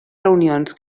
reunions